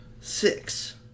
six